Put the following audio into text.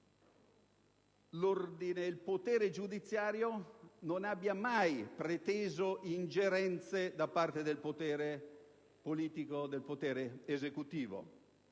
sembra che il potere giudiziario non abbia mai preteso ingerenze da parte del potere politico e del potere esecutivo,